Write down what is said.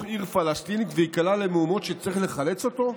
עיר פלסטינית וייקלע למהומות שצריך לחלץ אותו?